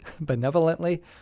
benevolently